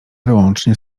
wyłącznie